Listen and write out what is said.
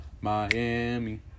Miami